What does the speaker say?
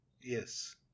Yes